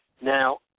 now